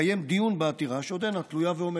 התקיים דיון בעתירה שעודנה תלויה ועומדת.